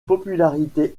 popularité